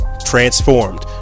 Transformed